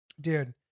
Dude